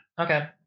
Okay